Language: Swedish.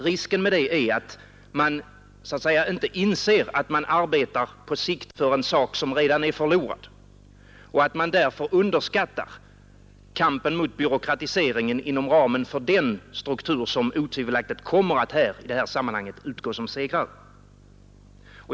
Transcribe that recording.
Risken med det är att man inte inser att man arbetar på sikt för en sak som redan är förlorad och att man därför underskattar kampen mot byråk ratiseringen inom ramen för den struktur som otvivelaktigt kommer att bli bestående.